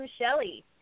Shelley